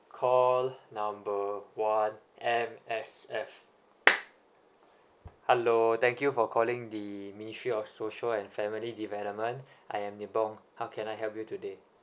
call number hour one M_S_F hello thank you for calling the ministry of social and family development I am devon how can I help you today